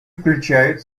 включают